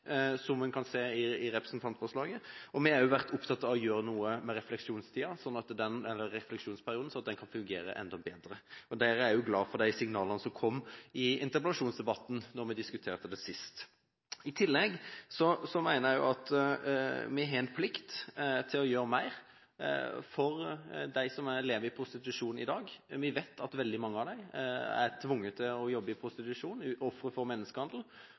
som en kan se av representantforslaget, og vi har også vært opptatt av å gjøre noe med refleksjonsperioden, sånn at den kan fungere enda bedre. Der er jeg også glad for de signalene som kom i interpellasjonsdebatten da vi diskuterte det sist. I tillegg mener jeg at vi har en plikt til å gjøre mer for dem som lever i prostitusjon i dag. Vi vet at veldig mange av dem som er tvunget til å jobbe i prostitusjon, er ofre for menneskehandel.